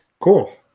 Cool